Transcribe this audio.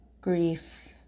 Grief